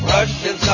Russian